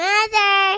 Mother